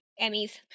Emmy's